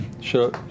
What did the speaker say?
Sure